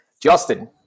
Justin